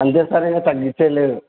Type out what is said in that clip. అంతే సార్ ఇంక తగ్గించేది లేదు